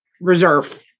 reserve